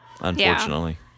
unfortunately